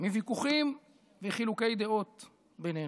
מוויכוחים וחילוקי דעות בינינו.